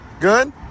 Good